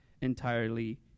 entirely